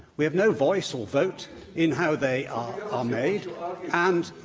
we have no voice or vote in how they are um made and